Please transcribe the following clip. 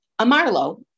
Amarlo